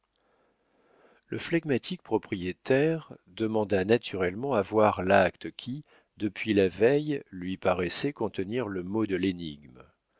le flegmatique propriétaire demanda naturellement à voir l'acte qui depuis la veille lui paraissait contenir le mot de